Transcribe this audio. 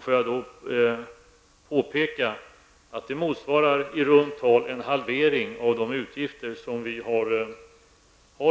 Får jag då påpeka att det i runt tal motsvarar en halvering av de utgifter som vi har